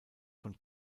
von